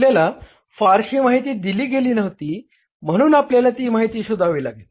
आपल्याला फारशी माहिती दिली गेली नव्हती म्हणून आपल्याला ती माहिती शोधावी लागेल